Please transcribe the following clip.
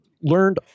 learned